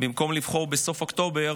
במקום לבחור בסוף אוקטובר